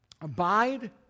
abide